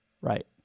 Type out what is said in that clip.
Right